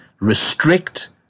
restrict